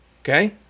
Okay